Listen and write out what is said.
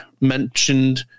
mentioned